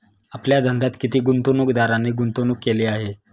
आपल्या धंद्यात किती गुंतवणूकदारांनी गुंतवणूक केली आहे?